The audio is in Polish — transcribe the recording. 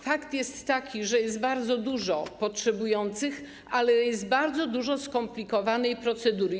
Fakt jest taki, że jest bardzo dużo potrzebujących, ale jest bardzo dużo skomplikowanej procedury.